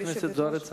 חברת הכנסת זוארץ,